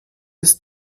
bis